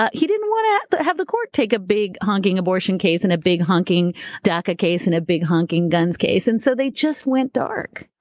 ah he didn't want to have the court take a big honking abortion case in a big honking daca case and a big honking guns case, and so they just went dark.